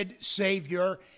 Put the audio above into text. Savior